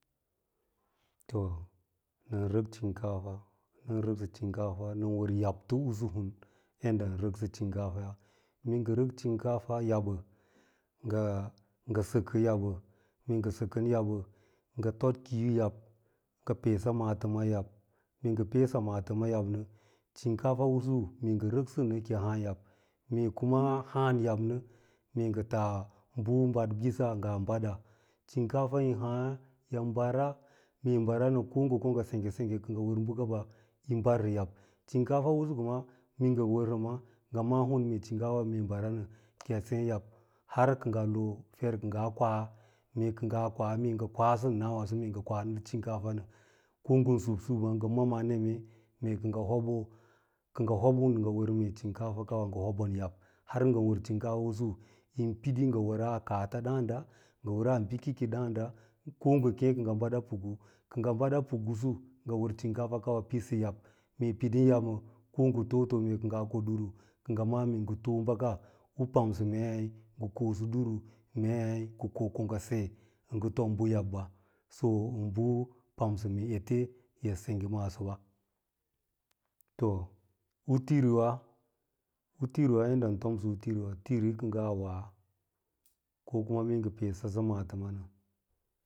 To nɚn rɚk sunkafa, nɚn rɚksɚ sinkafawa, nɚn rɚksɚ sin kafawa nɚn wɚr yabto ‘usu hwa yadda ɚn rɚksɚ sinkafaya, mee ngɚ rɚk sin kafan yab nɚ, ngɚ sɚkɚn yab nɚ ngɚ tod kiiyo yob ngɚ pesa maatɚma yaɓ, mee nge pesa maatɚrma yab nɚ sin kafa, usu kiyi hàà yab, mee kuma yi hààb yab nɚ, ngɚ taa bɚ baɗ ɓisa ngaa bada, sinkafa yin hàà yi mbara, mee yi mbara nɚ, ko ngɚ ko ngɚ sengye sengge kɚngɚ wɚr bɚkaba yi mbarsɚ yab. Sinkafa usu kuma mee wɚr sin kafa yi mbara nɚ ngɚn wɚr hun sinkafa ki yi sàà yab har kɚ ngɚ loo fer kɚ ngaa kwa mee ngɚ kwasɚ mee ngɚ kwa ale wa sinkafan nabo nɚ ko ngɚ subsuɓ ma ngɚn mama neme ma kɚ ngɚ hobo, kɚ ngɚhob hun mee ngɚ wɚr sinkafakawa yi hobon yab, har ngɚ wɚraa ka’ats ɗàànda, ngɚ wɚraa bɚkeke ɗààn da ko ngɚ kem kɚ ngɚ bada paku kɚ ngɚ bada puku’usu piɗin yab mee yi piɗin yabbɚ, ko ngɚ too-too mee kɚ, ngaa ko ɗuru kɚ ngɚ ma’à mee ngɚ too bɚka u pamsɚ mee ngɚ kosɚ ɗmu, mei, ngɚ ko ko ngɚ se ɚ ngɚ tom bɚ yaɓɓa, so nɗɚ bɚ pamsɚ mee efe yi sengge maso ba. To u tiriwa, u tiriwa yaɗɗa ɚn tomsɚwa a tiriwa, mese kem kɚ tiri kɚ ngaa wa, ko kuma mee ngɚ pesasɚ maatɚma nɚ.